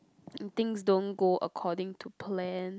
things don't go according to plan